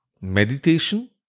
meditation